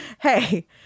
hey